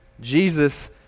Jesus